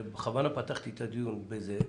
בכוונה פתחתי את הדיון בזה,